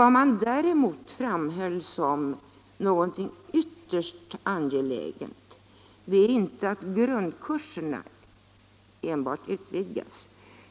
Vad man däremot framhöll som någonting ytterst angeläget var att inte enbart grundkurserna utvidgas,